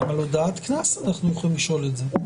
גם על הודעת קנס אנחנו יכולים לשאול את זה.